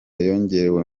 yongerewe